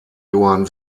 johann